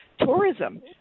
tourism